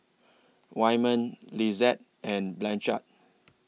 Wyman Lisette and Blanchard